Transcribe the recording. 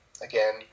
again